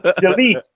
Delete